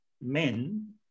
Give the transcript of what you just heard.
men